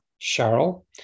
Cheryl